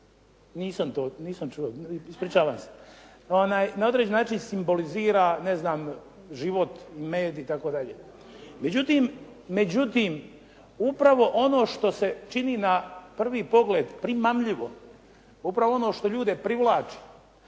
bar pčela sama po sebi na određeni način simbolizira život, med itd. Međutim, upravo ono što se čini na prvi pogled primamljivo, upravo ono što ljude privlači